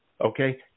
okay